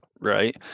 right